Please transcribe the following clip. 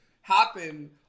happen